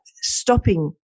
stopping